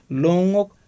longok